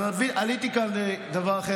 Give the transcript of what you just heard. אבל עליתי כאן לדבר,